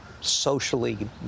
socially